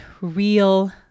real